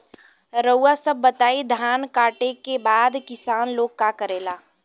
रउआ सभ बताई धान कांटेके बाद किसान लोग का करेला?